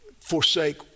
forsake